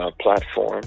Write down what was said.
platform